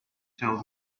told